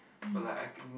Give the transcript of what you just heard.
but like I can